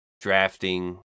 drafting